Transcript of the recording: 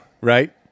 Right